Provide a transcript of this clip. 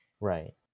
right